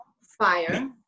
fire